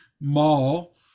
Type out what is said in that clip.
mall